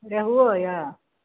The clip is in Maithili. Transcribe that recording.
रेहुओ यए